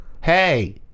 hey